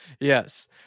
Yes